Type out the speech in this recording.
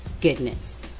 Goodness